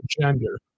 gender